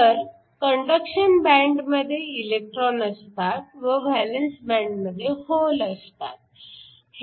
तर कंडक्शन बँडमध्ये इलेक्ट्रॉन असतात व व्हॅलन्स बँडमध्ये होल असतात